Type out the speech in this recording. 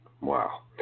Wow